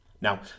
Now